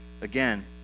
again